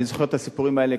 אני זוכר את הסיפורים האלה,